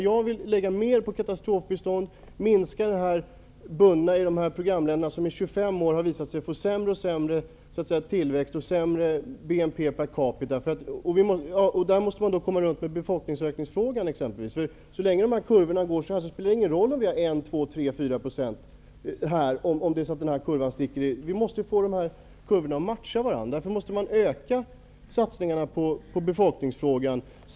Jag vill lägga mer på katastrofbistånd och minska biståndet till de programländer som under 25 år fått en allt sämre tillväxt och sämre BNP per capita. Vi måste även ta upp frågan om befolkningsökningen. Så länge kurvorna går som de gör, spelar det ingen roll om vi har 1, 2, 3 eller 4 %. Vi måste få kurvorna för biståndet och befolkningsökningen att matcha varandra. Därför måste insatserna i befolkningsfrågan öka.